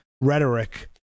rhetoric